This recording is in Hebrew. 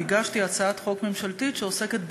או: הגשתי הצעת חוק ממשלתית שעוסקת בהליכי,